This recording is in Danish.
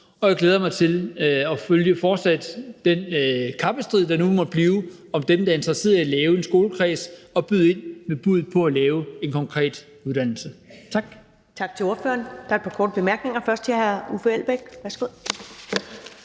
og jeg glæder mig til fortsat at følge den kappestrid, der nu måtte blive, med dem, der er interesseret i at lave en skolekreds og byde ind på at lave en konkret uddannelse. Tak.